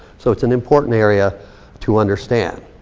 so it's an important area to understand.